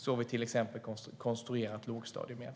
Så har vi till exempel konstruerat lågstadiet.